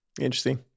Interesting